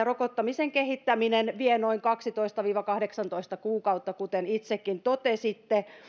rokottamisen kehittäminen vie noin kaksitoista viiva kahdeksantoista kuukautta kuten itsekin totesitte